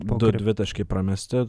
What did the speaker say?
du dvitaškiai pramesti